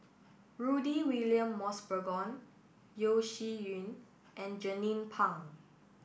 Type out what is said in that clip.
Rudy William Mosbergen Yeo Shih Yun and Jernnine Pang